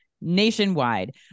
nationwide